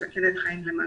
הוועדה.